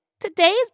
Today's